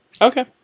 Okay